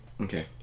Okay